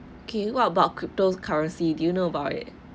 okay what about crypto currency do you know about it